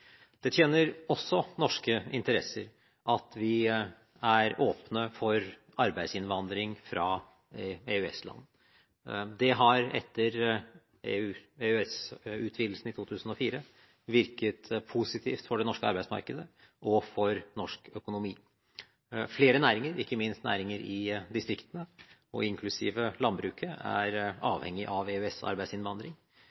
Det tjener også norske interesser at vi er åpne for arbeidsinnvandring fra EØS-land. Det har etter EØS-utvidelsen i 2004 virket positivt for det norske arbeidsmarkedet og for norsk økonomi. Flere næringer, ikke minst næringer i distriktene – inklusive landbruket – er